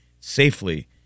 safely